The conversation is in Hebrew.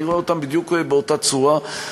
אני רואה אותם בדיוק באותה צורה,